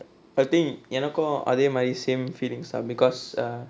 I think எனக்கும் அதே மாரி:enakkum athae maari same feelings ah because